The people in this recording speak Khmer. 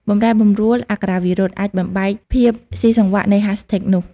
បំរែបំរួលអក្ខរាវិរុទ្ធអាចបំបែកភាពស៊ីសង្វាក់នៃ hashtag នោះ។